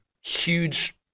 huge